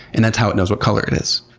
and that's how it knows what color it is.